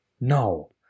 No